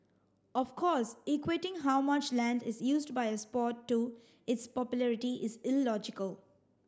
of course equating how much land is used by a sport to its popularity is illogical